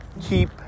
keep